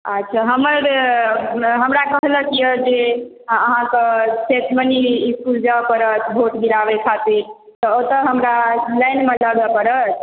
अच्छा हमर हमरा कहलक यऽ जे अहाँके शेषमनी इसकुल जाय परत वोट गिराबय खातिर तऽ ओतय हमरा लाइनमे लागऽ परत